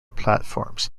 platforms